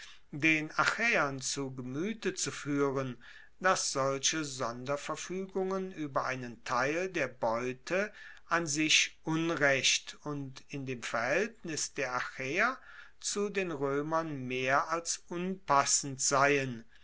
den achaeern zu gemuete zu fuehren dass solche sonderverfuegungen ueber einen teil der beute an sich unrecht und in dem verhaeltnis der achaeer zu den roemern mehr als unpassend seien